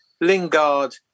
Lingard